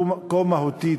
כה מהותי,